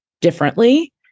differently